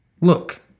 Look